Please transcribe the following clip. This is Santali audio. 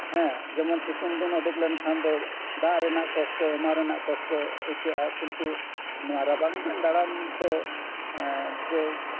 ᱦᱮᱸ ᱡᱮᱢᱚᱱ ᱥᱤᱛᱩᱝ ᱫᱤᱱ ᱩᱸᱰᱩᱠ ᱞᱮᱱᱠᱷᱟᱱ ᱫᱚ ᱫᱟᱜ ᱨᱮᱱᱟᱜ ᱠᱚᱥᱴᱚ ᱮᱢᱟᱱ ᱨᱮᱱᱟᱜ ᱠᱚᱥᱴᱚ ᱟᱹᱭᱠᱟᱹᱜᱼᱟ ᱠᱤᱱᱛᱩ ᱱᱚᱣᱟ ᱨᱟᱵᱟᱝ ᱫᱤᱱ ᱫᱟᱬᱟᱱ ᱫᱚ